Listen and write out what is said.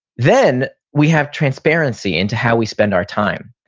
then we have transparency into how we spend our time.